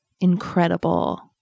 incredible